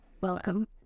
Welcome